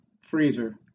freezer